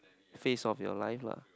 face of your life lah